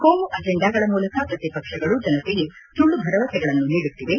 ಕೋಮು ಅಜೆಂಡಾಗಳ ಮೂಲಕ ಪ್ರತಿಪಕ್ಷಗಳು ಜನತೆಗೆ ಸುಳ್ಳು ಭರವಸೆಗಳನ್ನು ನೀಡುತ್ತಿವೆ